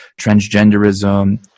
transgenderism